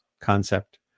concept